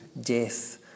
death